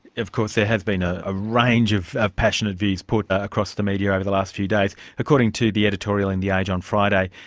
of course, there has been a ah range of of passionate views put across the media over the last few days. according to the editorial in the age on friday,